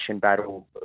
battle